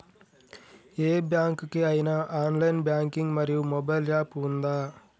ఏ bank కి ఐనా online banking మరియు మొబైల్ యాప్ ఉందా?